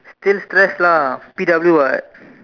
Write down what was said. still stress lah P_W [what]